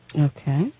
Okay